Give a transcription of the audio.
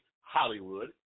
Hollywood